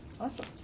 Awesome